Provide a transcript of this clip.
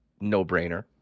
no-brainer